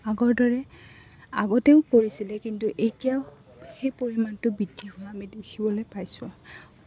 আগৰ দৰে আগতেও কৰিছিলে কিন্তু এতিয়াও সেই পৰিমাণটো বৃদ্ধি হোৱা আমি দেখিবলৈ পাইছোঁ